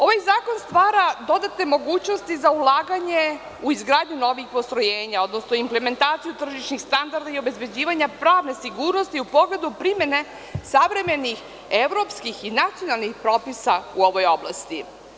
Ovaj zakon stvara dodatne mogućnosti za ulaganje u izgradnju novih postrojenja, odnosno implementaciju tržišnih standarda i obezbeđivanja pravne sigurnosti u pogledu primenu savremenih evropskih i nacionalnih propisa u ovoj oblasti.